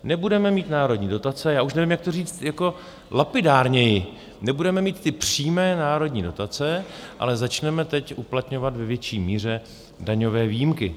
Nebudeme mít národní dotace já už nevím, jak to říct lapidárněji nebudeme mít ty přímé národní dotace, ale začneme teď uplatňovat ve větší míře daňové výjimky.